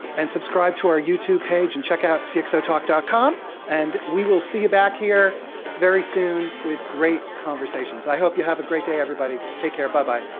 and subscribe to our youtube page. and check out cxotalk dot com and we will see you back here very soon with great conversations. i hope you have a great day, everybody. take care. bye-bye.